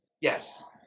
Yes